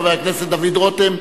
חבר הכנסת דוד רותם.